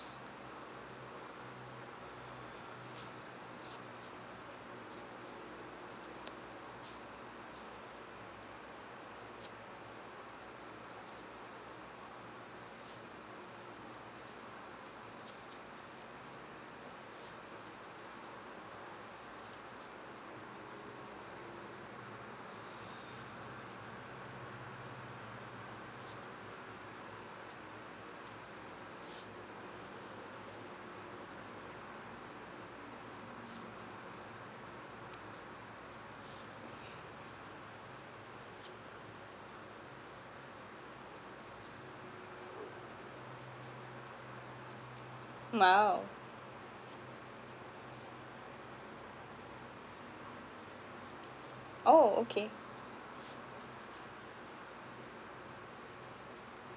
mile oh okay